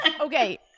Okay